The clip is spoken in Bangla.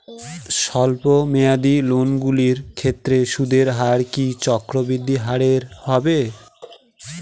স্বল্প মেয়াদী লোনগুলির ক্ষেত্রে সুদের হার কি চক্রবৃদ্ধি হারে হবে?